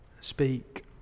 Speak